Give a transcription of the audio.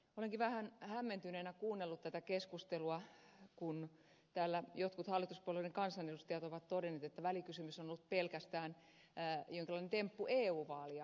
olenkin vähän hämmentyneenä kuunnellut tätä keskustelua kun täällä jotkut hallituspuolueiden kansanedustajat ovat todenneet että välikysymys on ollut pelkästään jonkinlainen temppu eu vaaleja ajatellen